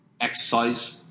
exercise